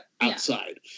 outside